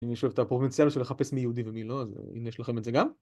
אם נשאר את הפרובינציאל של לחפש מי יהודי ומי לא, אז הנה יש לכם את זה גם.